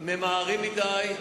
ממהרים מדי.